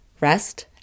rest